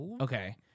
Okay